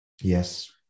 Yes